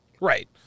right